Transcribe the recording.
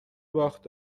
باخت